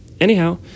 Anyhow